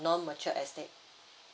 non mature estate